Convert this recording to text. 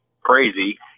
crazy